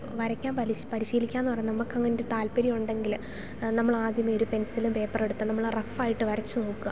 വരക്കാൻ പരിശ് പരിശീലിക്കുകയെന്നു പറഞ്ഞാൽ നമുക്കങ്ങനൊരു താല്പര്യമുണ്ടെങ്കിൽ നമ്മളാദ്യമേ ഒരു പെൻസിലും പേപ്പറെടുത്ത് നമ്മളാ റഫ്ഫായിട്ട് വരച്ചു നോക്കുക